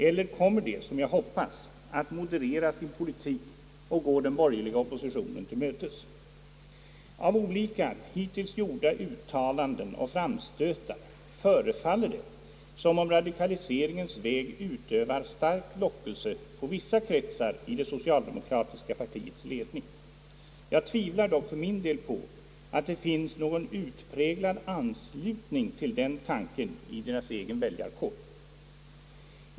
Eller kommer de, som jag hoppas, att moderera sin politik och gå den borgerliga oppositionen till mötes? och framstötar förefaller det som om radikaliseringens väg utövar stark lockelse på vissa kretsar i det socialdemokratiska partiets ledning. Jag tvivlar dock för min del på att det finns någon utpräglad anslutning till den tanken i partiets egen väljarkår.